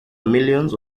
millions